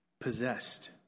possessed